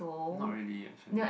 not really actually